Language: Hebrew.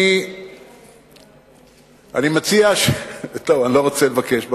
אני מציע, טוב, אני לא רוצה לבקש בקשות.